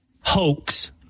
hoax